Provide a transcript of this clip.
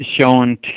shown